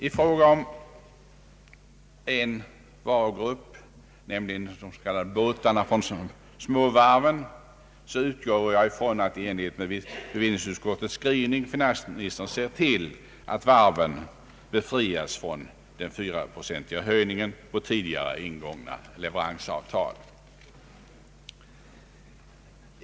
I fråga om en varugrupp, nämligen båtarna från småvarven, utgår jag från att finansministern, i enlighet med bevillningsutskottets skrivning, ser till att varven befrias från den fyraprocentiga höjningen på tidigare ingångna leveransavtal.